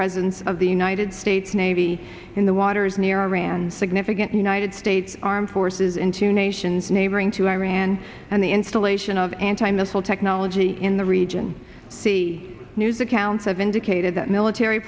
presence of the united states navy in the waters near iran significant united states armed forces in two nations neighboring to iran and the installation of anti missile technology in the region see news accounts of indicated that military